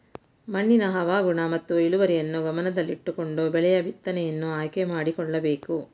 ಮಣ್ಣಿನ ಹವಾಗುಣ ಮತ್ತು ಇಳುವರಿಯನ್ನು ಗಮನದಲ್ಲಿಟ್ಟುಕೊಂಡು ಬೆಳೆಯ ಬಿತ್ತನೆಯನ್ನು ಆಯ್ಕೆ ಮಾಡಿಕೊಳ್ಳಬೇಕು